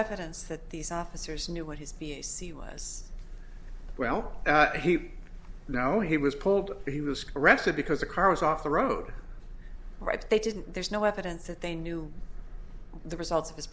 evidence that these officers knew what his b c was well he you know he was pulled he was arrested because the car was off the road right they didn't there's no evidence that they knew the results of his